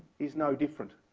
is no different,